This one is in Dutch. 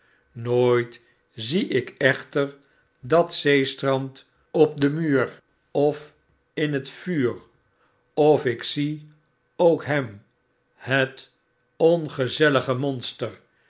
nooit zie ik echter dat zeestrand op den muur of in het vuur of ik zie ook hem het ongezellige monster